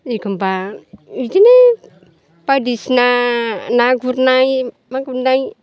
एखनबा बिदिनो बायदिसिना ना गुरनाय मा गुरनाय